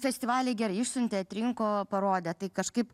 festivaliai gerai išsiuntė atrinko parodė tai kažkaip